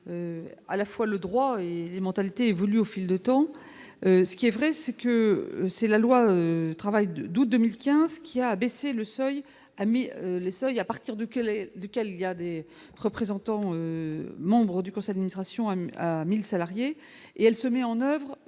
à la fois le droit et les mentalités évoluent au fil de temps ce qui est vrai c'est que c'est la loi travail de d'août 2015, qui a abaissé le seuil admis les seuils à partir duquel est duquel il y a des représentants, membre du conseil ne sera ration à 1000 salariés et elle se met en oeuvre